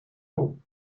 home